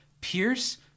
Pierce